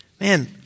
man